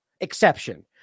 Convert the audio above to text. exception